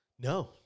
no